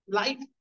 life